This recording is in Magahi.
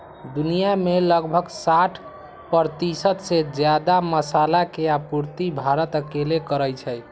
दुनिया में लगभग साठ परतिशत से जादा मसाला के आपूर्ति भारत अकेले करई छई